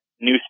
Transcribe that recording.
New